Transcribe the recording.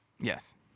Yes